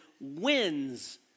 wins